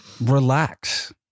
Relax